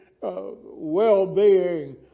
well-being